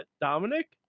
Dominic